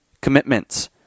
commitments